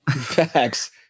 Facts